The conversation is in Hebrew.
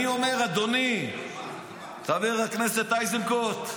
אני אומר, אדוני, חבר הכנסת איזנקוט,